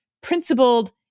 principled